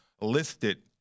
listed